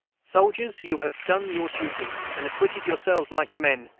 soldiers, you have done your duty, and acquitted yourselves like men,